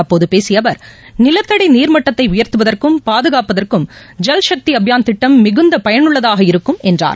அப்போதபேசியஅவர் நிலத்தடிநீர் மட்டத்தைஉயர்த்துவதற்கும் பாதுகாப்பதற்கும் ஜல் சக்திஅபியான் திட்டம் மிகுந்தபயனுள்ளதாக இருக்கும் என்றார்